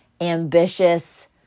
ambitious